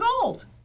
gold